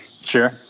Sure